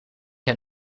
heb